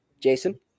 Jason